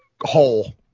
hole